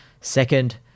Second